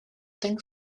think